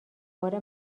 بار